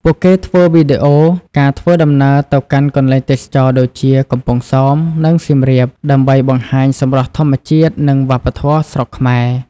ពួកគេធ្វើវីដេអូការធ្វើដំណើរទៅកាន់កន្លែងទេសចរណ៍ដូចជាកំពង់សោម និងសៀមរាប ដើម្បីបង្ហាញសម្រស់ធម្មជាតិនិងវប្បធម៌ស្រុកខ្មែរ។